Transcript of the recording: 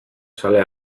zale